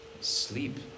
Sleep